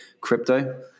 Crypto